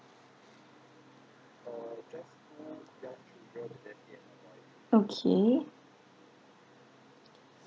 okay